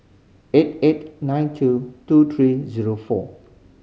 eight eight nine two two three zero four